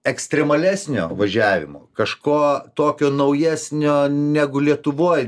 ekstremalesnio važiavimo kažko tokio naujesnio negu lietuvoj